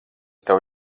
tev